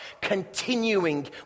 Continuing